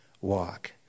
walk